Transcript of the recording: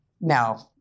No